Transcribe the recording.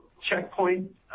checkpoint